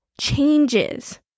changes